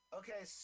okay